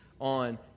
on